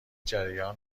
جریان